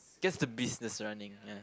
gets the business running ya